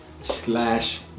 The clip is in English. slash